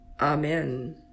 amen